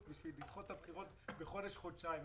בשביל לדחות את הבחירות בחודש חודשיים.